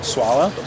Swallow